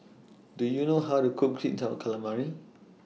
Do YOU know How to Cook Sweet Calamari